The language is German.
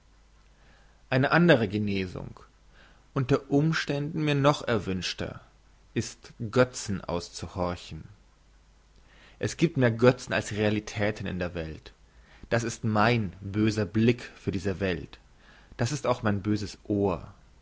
eine andere genesung unter umständen mir noch erwünschter ist götzen aushorchen es giebt mehr götzen als realitäten in der welt das ist mein böser blick für diese welt das ist auch mein böses ohr